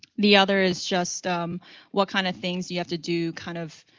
the other is just um what kind of things you have to do, kind of,